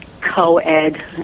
co-ed